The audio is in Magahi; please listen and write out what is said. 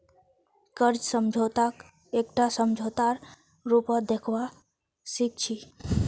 कर्ज समझौताक एकटा समझौतार रूपत देखवा सिख छी